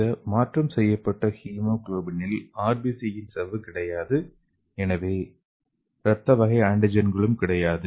இந்த மாற்றம் செய்யப்பட்ட ஹீமோகுளோபினில் RBC யின் சவ்வு கிடையாது எனவே ரத்த வகை ஆன்டிஜென் களும் கிடையாது